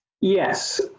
Yes